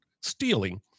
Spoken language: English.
stealing